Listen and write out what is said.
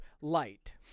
light